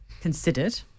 considered